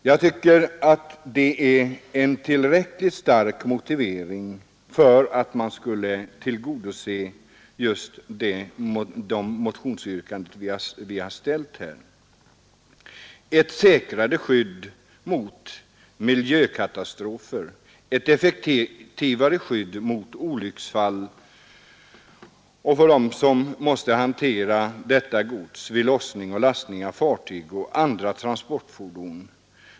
Jag tycker att det är en tillräckligt stark motiveringen för att man skulle tillgodose just de motionsyrkanden som vi har ställt här om ett säkrare skydd mot miljökatastrofer, ett effektivare skydd mot olycksfall för dem som måste hantera detta gods vid lossning och lastning av fartyg och andra transportmedel.